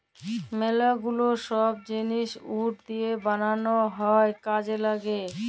ম্যালা গুলা ছব জিলিস উড দিঁয়ে বালাল হ্যয় কাজে ল্যাগে